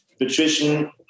nutrition